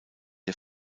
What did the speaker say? der